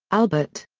albert.